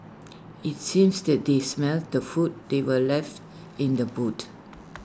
it's seems that they smelt the food they were left in the boot